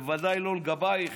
בוודאי לא לגבייך,